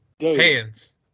hands